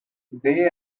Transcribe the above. they